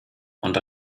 und